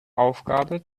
aufgabe